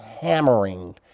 hammering